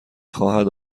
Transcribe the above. خواهد